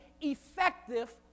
effective